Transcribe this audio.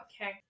Okay